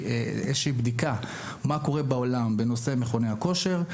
בדיקה מה קורה בעולם בנושא מכוני כושר,